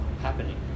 happening